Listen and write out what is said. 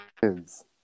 kids